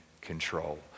control